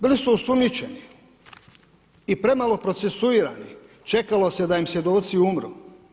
Bili su osumnjičeni i premalo procesuirani, čekalo se da im svjedoci umru.